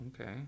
Okay